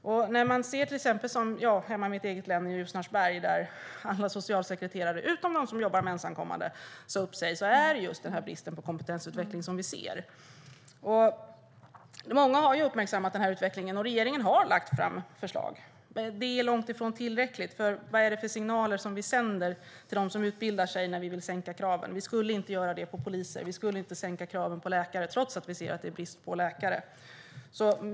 I Ljusnarsberg i mitt eget hemlän, där alla socialsekreterare utom de som jobbar med ensamkommande sa upp sig, är det just bristen på kompetensutveckling som vi ser. Många har uppmärksammat den här utvecklingen. Och regeringen har lagt fram förslag. Men det är långt ifrån tillräckligt, för vad är det för signaler som vi sänder till dem som utbildar sig när vi vill sänka kraven? Vi skulle inte göra det på poliser. Vi skulle inte sänka kraven på läkare, trots att det är brist på läkare.